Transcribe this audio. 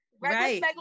Right